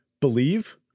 believe